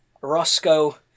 Roscoe